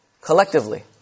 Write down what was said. Collectively